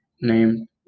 named